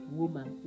woman